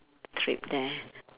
trip there